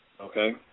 Okay